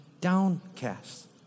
downcast